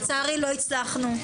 לצערי לא הצלחנו.